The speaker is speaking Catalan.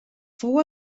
fou